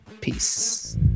Peace